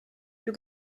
più